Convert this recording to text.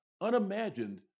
unimagined